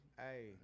Hey